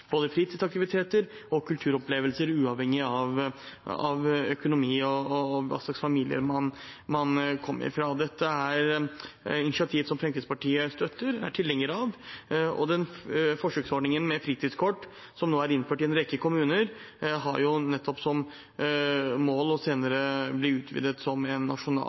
både fritidsaktiviteter og kulturopplevelser, uavhengig av økonomi og hva slags familie man kommer fra. Dette er initiativ som Fremskrittspartiet støtter og er tilhenger av. Den forsøksordningen med fritidskort som nå er innført i en rekke kommuner, har jo nettopp som mål senere å bli utvidet til en nasjonal